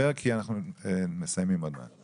כחברי כנסת מהחברה הערבית,